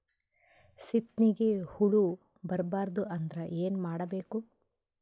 ಸೀತ್ನಿಗೆ ಹುಳ ಬರ್ಬಾರ್ದು ಅಂದ್ರ ಏನ್ ಮಾಡಬೇಕು?